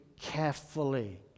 carefully